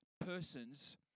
persons